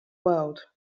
world